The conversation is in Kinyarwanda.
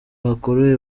bakorewe